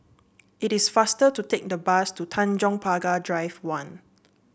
it is faster to take the bus to Tanjong Pagar Drive One